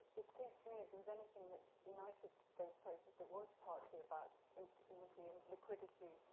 it seems to me if there was anything that united those papers, it was partly about instability and liquidity